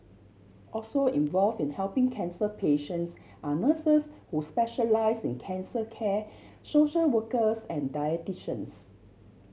also involve in helping cancer patients are nurses who specialise in cancer care social workers and dietitians